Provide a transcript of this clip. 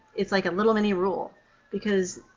it's like a little mini-rule because,